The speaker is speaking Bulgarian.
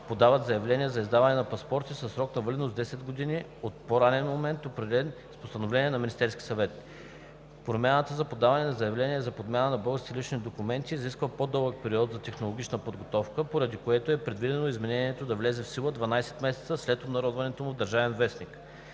подават заявления за издаване на паспорти със срок на валидност 10 години от по-ранен момент, определен с постановление на Министерския съвет. Промяната за подаване на заявления за подмяна на български лични документи изисква по-дълъг период за технологична подготовка, поради което е предвидено изменението да влезе в сила 12 месеца след обнародването в „Държавен вестник“.